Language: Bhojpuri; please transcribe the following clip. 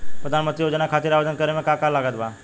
प्रधानमंत्री योजना खातिर आवेदन करे मे का का लागत बा?